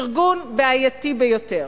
ארגון בעייתי ביותר.